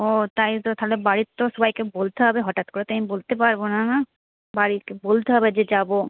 ও তাই তো তাহলে বাড়ির তো সবাইকে বলতে হবে হঠাৎ করে তো আমি বলতে পারব না না বাড়িতে বলতে হবে যে যাব